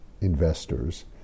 investors